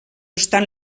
estan